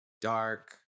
dark